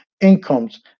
Incomes